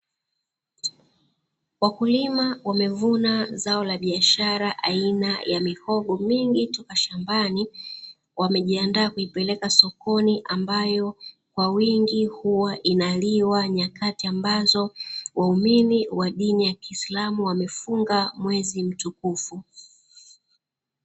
Wakulima wamevuna zao la biashara aina ya mihogo mingi toka shambani, wamejiandaa kuipeleka sokoni ambayo kwa wingi huwa inaliwa nyakati ambazo waumini wa dini ya kiislamu wamefunga mwezi mtukufu.